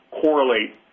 correlate